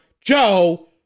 Joe